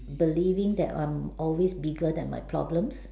believing that I'm always bigger than my problems